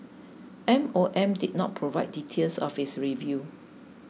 M O M did not provide details of its review